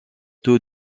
taux